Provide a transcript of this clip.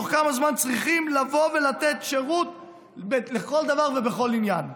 תוך כמה זמן צריכים לבוא ולתת שירות לכל דבר ובכל עניין.